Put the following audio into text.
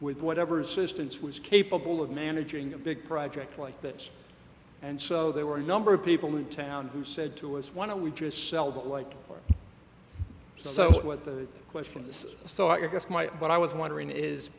with whatever assistance was capable of managing a big project like that and so there were a number of people in town who said to us want to we just sell but like so what the question is so i guess my what i was wondering is